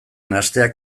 nahastea